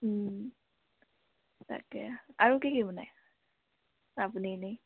তাকে আৰু কি কি বনাই আপুনি এনেই